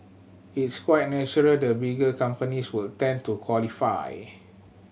it's quite natural the bigger companies would tend to qualify